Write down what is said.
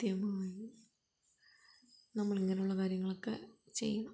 കൃത്യമായും നമ്മൾ ഇങ്ങനുള്ള കാര്യങ്ങളൊക്കെ ചെയ്യണം